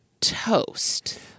toast